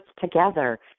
together